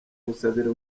gusabira